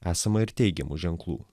esama ir teigiamų ženklų